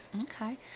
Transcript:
okay